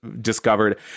discovered